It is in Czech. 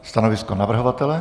Stanovisko navrhovatele?